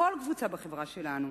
כל קבוצה בחברה שלנו.